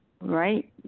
right